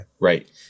Right